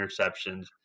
interceptions